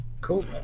Cool